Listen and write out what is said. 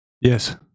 Yes